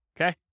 okay